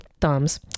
thumbs